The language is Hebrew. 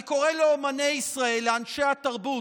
אני קורא לאומני ישראל, לאנשי התרבות,